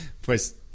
pues